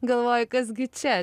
galvoji kas gi čia